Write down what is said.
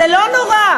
זה לא נורא.